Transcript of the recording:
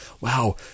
wow